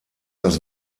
das